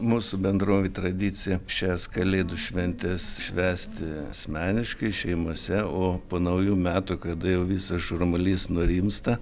mūsų bendrovėj tradicija šias kalėdų šventes švęsti asmeniškai šeimose o po naujų metų kada jau visas šurmulys nurimsta